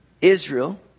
Israel